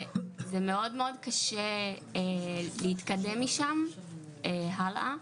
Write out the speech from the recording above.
מאוד קשה להתקדם משם הלאה,